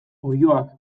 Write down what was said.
oiloak